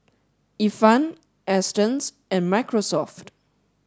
Ifan Astons and Microsoft